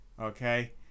okay